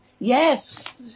Yes